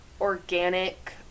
organic